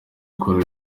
kurya